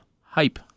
hype